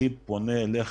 אני פונה אליך,